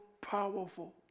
powerful